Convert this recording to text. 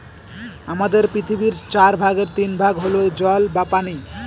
আমাদের পৃথিবীর চার ভাগের তিন ভাগ হল জল বা পানি